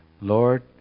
Lord